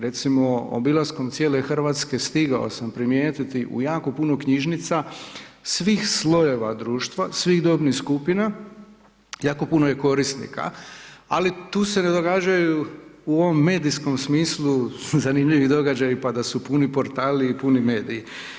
Recimo obilaskom cijele Hrvatske, stigao sam primijetiti u jako puno knjižnica svih slojeva društva svih dobnih skupina, jako puno je korisnika, ali tu se ne događaju, u ovom medijskom smislu, su zanimljivi događaji, pa da su puni portali i puni mediji.